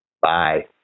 Bye